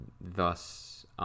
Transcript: thus